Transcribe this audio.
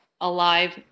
alive